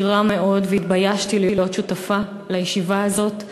רע מאוד והתביישתי להיות שותפה לישיבה הזאת.